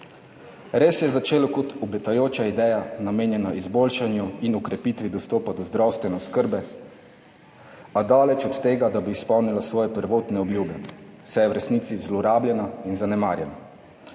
se je začelo kot obetajoča ideja, namenjena izboljšanju in okrepitvi dostopa do zdravstvene oskrbe, a daleč od tega, da bi izpolnila svoje prvotne obljube, saj je v resnici zlorabljena in zanemarjena.